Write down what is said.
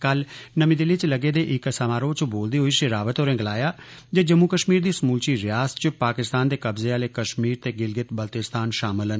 कल नर्मी दिल्ली च लग्गे दे इक समारोह च बोलदे होई श्री रावत होरें गलाया जे जम्मू कश्मीर दी समूलची रियासत च पाकिस्तान दे कब्जे आहला कश्मीर ते गिलगित बाल्तिस्तान शामल न